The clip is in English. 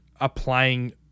applying